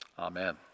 Amen